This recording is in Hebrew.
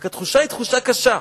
רק התחושה היא תחושה קשה,